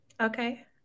Okay